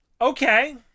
Okay